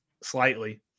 slightly